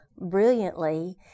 brilliantly